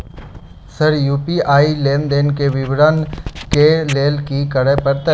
Sir UPI लेनदेन केँ विवरण केँ लेल की करऽ परतै?